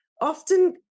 often